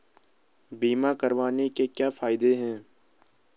बीमा करवाने के क्या फायदे हैं?